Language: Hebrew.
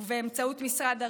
ובאמצעות משרד הרווחה.